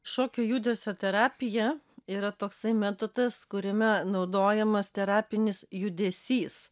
šokio judesio terapija yra toksai metodas kuriame naudojamas terapinis judesys